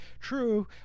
true